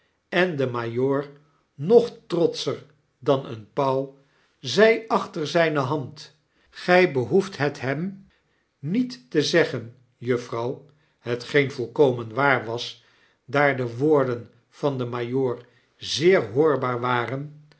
en de majoor nog trotscher dan een pauw zei achter zijne hand gij behoeft het hem niet te zeggen juffrouw hetgeen volkomen war was daar de woorden van den majoor zeer hoorbaar waren